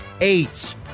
eight